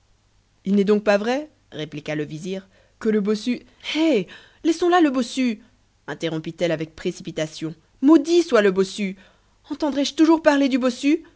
il n'est donc pas vrai répliqua le vizir que le bossu hé laissons là le bossu interrompit-elle avec précipitation maudit soit le bossu entendrai je toujours parler du bossu